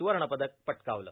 सुवर्णपदक पटकावलं